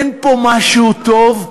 אין פה משהו טוב?